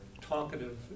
talkative